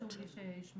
היה חשוב לי שישמעו.